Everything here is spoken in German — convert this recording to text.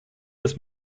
des